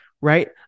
right